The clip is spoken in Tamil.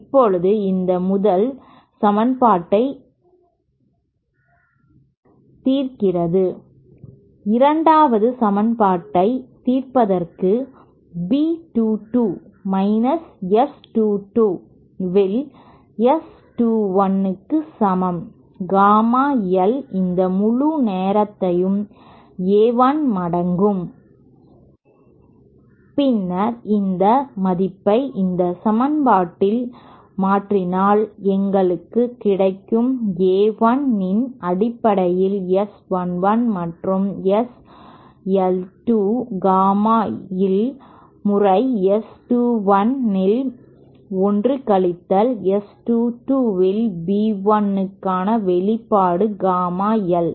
இப்போது இந்த முதல் சமன்பாட்டை தீர்க்கிறது இரண்டாவது சமன்பாட்டைத் தீர்ப்பதற்கு B 2 2 மைனஸ் S 2 2 இல் S 2 1 க்கு சமம் காமா l இந்த முழு நேரத்தையும் A 1 மடங்கு பின்னர் இந்த மதிப்பை இந்த சமன்பாட்டில் மாற்றினால் எங்களுக்கு கிடைக்கும் A 1 இன் அடிப்படையில் S 1 1 மற்றும் S l 2 காமா எல் முறை S 2 1 இல் 1 கழித்தல் S 2 2 இல் B 1 க்கான வெளிப்பாடு காமா l